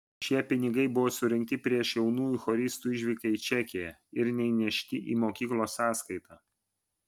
šie pinigai buvo surinkti prieš jaunųjų choristų išvyką į čekiją ir neįnešti į mokyklos sąskaitą